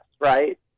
right